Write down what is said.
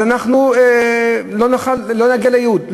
אז אנחנו לא נוכל, לא נגיע לייעוד.